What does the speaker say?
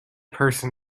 person